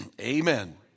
Amen